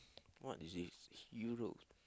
what is this heroes